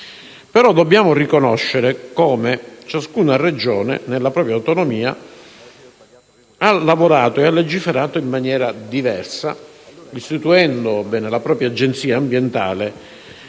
Ma bisogna riconoscere come ciascuna Regione, nella propria autonomia, ha lavorato e legiferato in maniera diversa, istituendola propria Agenzia ambientale,